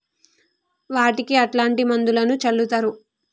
వాటికి ఎట్లాంటి మందులను చల్లుతరు?